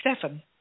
seven